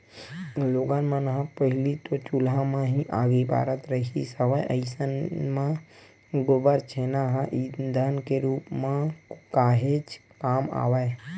लोगन मन ह पहिली तो चूल्हा म ही आगी बारत रिहिस हवय अइसन म गोबर छेना ह ईधन के रुप म काहेच काम आवय